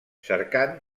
cercant